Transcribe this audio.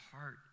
heart